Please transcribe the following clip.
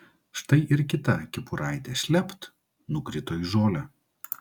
štai ir kita kepuraitė šlept nukrito į žolę